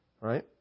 Right